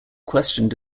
questioned